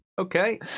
Okay